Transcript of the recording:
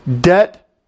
Debt